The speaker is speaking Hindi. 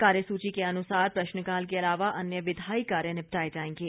कार्यसूची के अनुसार प्रश्नकाल के अलावा अन्य विधायी कार्य निपटाए जाएंगे